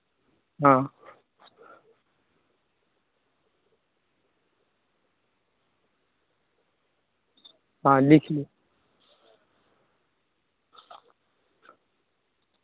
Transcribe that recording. आओर यहाँके आदमीके मानसिक सुभाओ आओरके स्टेट से बढ़िआँ छै यहाँके आओर की कहूँ बिहार बिहारे छै नाओ बिहार भेलै बिहारे छै